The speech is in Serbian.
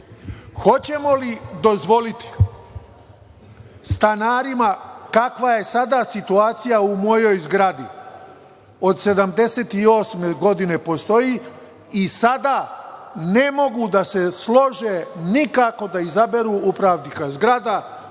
Hoćemo li dozvoliti stanarima kakva je situacija sada u mojoj zgradi, od 1978. godine postoji, i sada ne mogu da se slože nikako da izaberu upravnika zgrada.